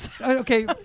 okay